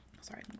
Sorry